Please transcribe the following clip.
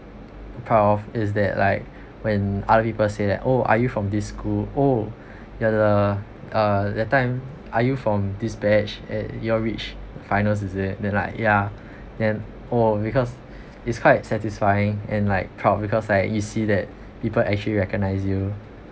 proud of is that like when other people say that oh are you from this school oh you're the uh that time are you from this batch and you all reached finals is it then like ya then oh because it's quite satisfying and like proud because like you see that people actually recognize you